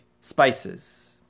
spices